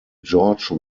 george